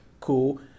cool